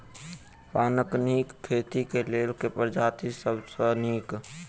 पानक नीक खेती केँ लेल केँ प्रजाति सब सऽ नीक?